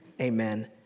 Amen